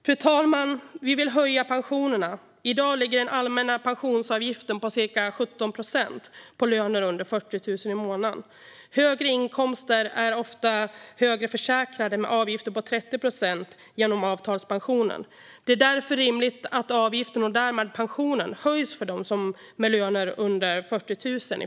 Fru talman! Vi vill höja pensionerna. I dag ligger den allmänna pensionsavgiften på ca 17 procent på löner under 40 000 i månaden. Högre inkomster är ofta högre försäkrade, med avgifter på 30 procent genom avtalspensionen. Det är därför rimligt att avgiften och därmed pensionen höjs för i första hand dem med löner under 40 000.